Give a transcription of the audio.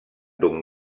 d’un